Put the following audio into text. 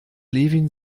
levin